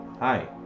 Hi